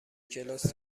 کلاس